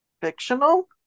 Fictional